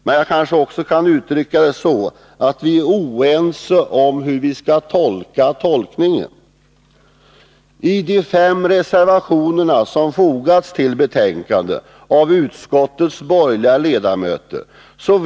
Men jag kanske också kan uttrycka det så att vi är oense om hur vi skall tolka tolkningen. Fem reservationer har fogats till betänkandet av utskottets borgerliga ledamöter.